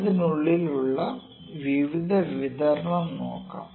അതിനുള്ള വിവിധ വിതരണം നോക്കാം